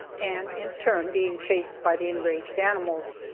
and in turn being chased by the enraged animals.